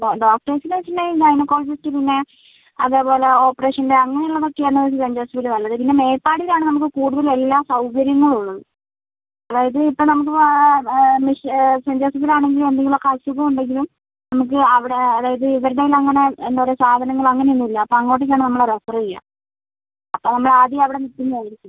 doctors എന്ന് വെച്ചിട്ടുണ്ടെങ്കിൽ gynaecologist പിന്നെ അതേപോലെ ഓപ്പറേഷൻ്റെ അങ്ങനെ എല്ലാം നോക്കിയാൽ സെന്റ് ജോസഫൈലാണ് നല്ലത് പിന്നെ മേപ്പാടിയിലാണ് നമുക്ക് കൂടുതൽ എല്ലാ സൗകര്യങ്ങളും ഉള്ളത് അതായത് ഇപ്പം നമുക്ക് സെന്റ് ജോസഫിൽ ആണെങ്കിൽ എന്തെങ്കിലുമൊക്കെ അസുഖം ഉണ്ടെങ്കിലും നമുക്ക് അവിടെ അതായത് ഇവരുടെ കയ്യിൽ അങ്ങനെ എന്താണ് പറയുക സാധനങ്ങൾ അങ്ങനെയൊന്നും ഇല്ല അപ്പം അങ്ങോട്ടേക്കാണ് നമ്മൾ റഫർ ചെയ്യുക അപ്പം നമ്മൾ ആദ്യമേ അവിടെ നിൽക്കുന്നതായിരിക്കും